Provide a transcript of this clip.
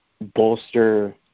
bolster